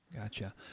Gotcha